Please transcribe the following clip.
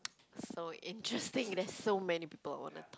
so interesting there's so many people I want to